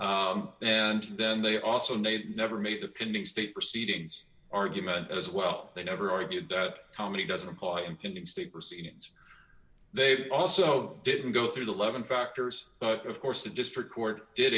and then they also need never made the pending state proceedings argument as well they never argued that comedy doesn't apply in pinning state proceedings they also didn't go through the eleven factors of course the district